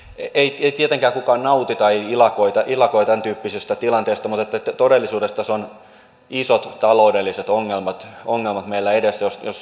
ei tietenkään kukaan nauti tai ilakoi tämäntyyppisestä tilanteesta mutta todellisuudessa tässä ovat isot taloudelliset ongelmat meillä edessä jos tulijamäärät kasvavat